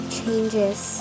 changes